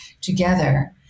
together